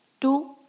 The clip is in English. Two